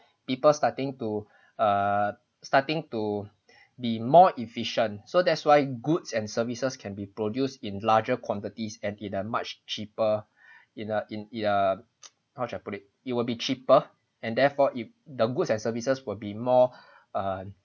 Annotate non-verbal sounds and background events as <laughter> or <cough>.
people starting to uh starting to be more efficient so that's why goods and services can be produced in larger quantities and in a much cheaper in a in e~ uh <noise> how should I put it it will be cheaper and therefore it the goods and services will be more uh